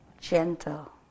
Gentle